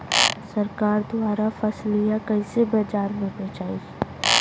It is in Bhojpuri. सरकार द्वारा फसलिया कईसे बाजार में बेचाई?